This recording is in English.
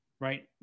right